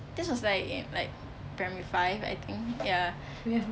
this was like in like primary five I think ya